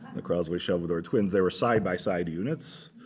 the crosley shelvador twins. they were side-by-side units,